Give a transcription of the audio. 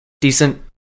decent